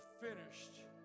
finished